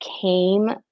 came